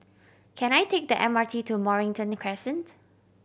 can I take the M R T to Mornington Crescent